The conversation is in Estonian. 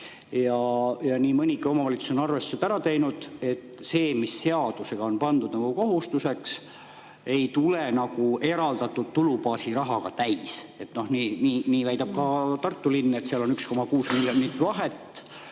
Ja nii mõnigi omavalitsus on arvestused ära teinud ja leidnud, et see, mis seadusega on pandud kohustuseks, ei tule eraldatud tulubaasi rahaga täis. Nii väidab ka Tartu linn, et seal on 1,6 miljonit vahet.